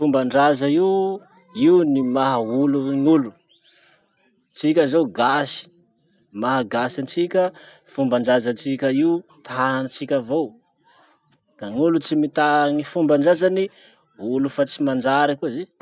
Fombandraza io, io ny maha olo ny olo. Tsika zao gasy. Ny maha gasy antsika fombandrazatsika io tanatsika avao. Ka gn'olo tsy mità ny fombandrazany, olo fa tsy manjary koa zay.